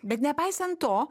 bet nepaisant to